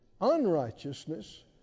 Unrighteousness